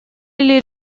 или